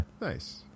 Nice